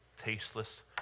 tasteless